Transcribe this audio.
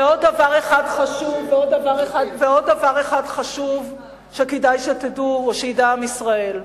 ועוד דבר אחד חשוב שכדאי שתדעו, שידע עם ישראל: